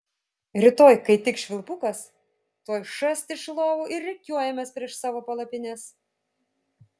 rytoj kai tik švilpukas tuoj šast iš lovų ir rikiuojamės prieš savo palapines